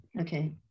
Okay